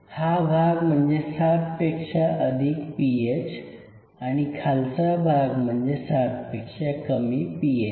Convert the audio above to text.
हा भाग म्हणजे ७ पेक्षा अधिक पीएच आणि खालचा भाग म्हणजे ७ पेक्षा कमी पीएच